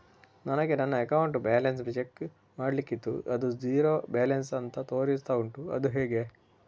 ನನಗೆ ನನ್ನ account balance check ಮಾಡ್ಲಿಕ್ಕಿತ್ತು ಅದು ಝೀರೋ ಬ್ಯಾಲೆನ್ಸ್ ಅಂತ ತೋರಿಸ್ತಾ ಉಂಟು ಅದು ಹೇಗೆ?